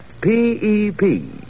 P-E-P